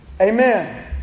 Amen